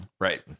right